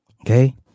Okay